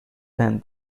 than